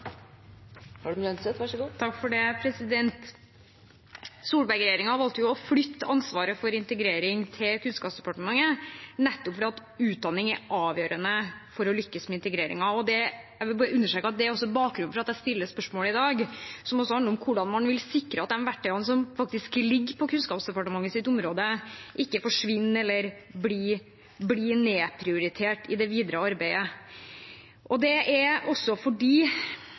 valgte å flytte ansvaret for integrering til Kunnskapsdepartementet nettopp fordi utdanning er avgjørende for å lykkes med integreringen. Jeg vil bare understreke at det også er bakgrunnen for at jeg stiller spørsmålet i dag, som også handler om hvordan man vil sikre at de verktøyene som faktisk ligger på Kunnskapsdepartementets område, ikke forsvinner eller blir nedprioritert i det videre arbeidet. Man ser jo at de viktigste tiltakene for å lykkes med integreringen på sikt, nemlig kompetanse og utdanning, ikke lenger er